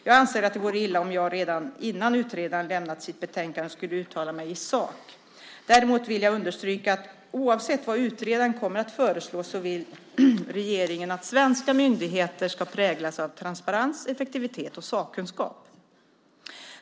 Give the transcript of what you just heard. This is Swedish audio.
Jag anser att det vore illa om jag redan innan utredaren lämnat sitt betänkande skulle uttala mig i sak. Däremot vill jag understryka att oavsett vad utredaren kommer att föreslå så vill regeringen att svenska myndigheter ska präglas av transparens, effektivitet och sakkunskap.